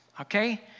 okay